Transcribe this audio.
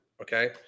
Okay